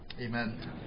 Amen